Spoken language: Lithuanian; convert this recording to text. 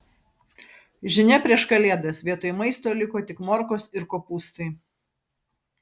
žinia prieš kalėdas vietoj maisto liko tik morkos ir kopūstai